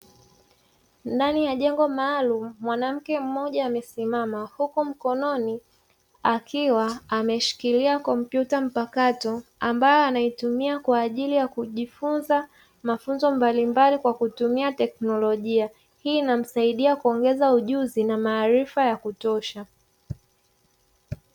Ndani ya jengo maalumu, mwanamke mmoja amesimama huku mkononi akiwa ameshikilia kompyuta mpakato ambayo anaitumia kwa ajili ya kujifunza mafunzo mbalimbali kwa kutumia teknolojia. Hii inamsaidia kuongeza ujuzi na maarifa ya kutosha.